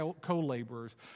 co-laborers